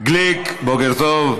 גליק, בוקר טוב.